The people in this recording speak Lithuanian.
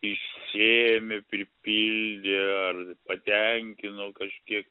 išsėmė pripildė ar patenkino kažkiek